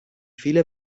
viele